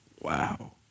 Wow